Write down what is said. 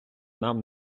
нам